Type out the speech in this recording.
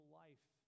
life